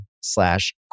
slash